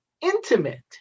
intimate